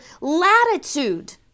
latitude